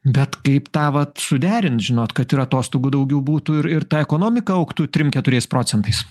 bet kaip tą vat suderint žinot kad ir atostogų daugiau būtų ir ir ta ekonomika augtų trim keturiais procentais